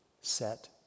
set